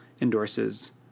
endorses